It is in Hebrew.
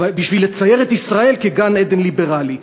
בשביל לצייר את ישראל כגן-עדן ליברלי.